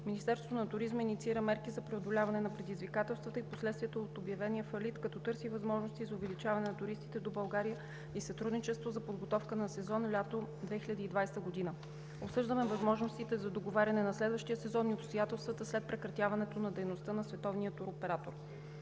Министерството на туризма инициира мерки за преодоляване на предизвикателствата и последствието от обявения фалит, като търси възможности за увеличаване на туристите до България и сътрудничество за подготовка на сезон лято 2020 г. Обсъждаме възможностите за договаряне на следващия сезон и обстоятелствата след прекратяването на дейността на световния туроператор.